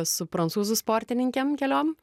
su prancūzų sportininkėm keliom